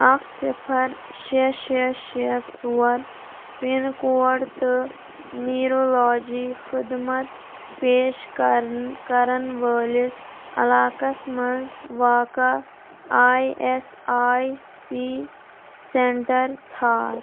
اَکھ صِفر شےٚ شےٚ شےٚ ژور پِن کوڈ تہٕ نیٖرَولاجی خدمت پیش کَر کرن وٲلِس علاقس مَنٛز واقع E S I C centre ژھانڈ